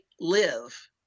live